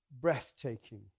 breathtaking